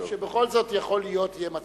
שבכל זאת יכול להיות,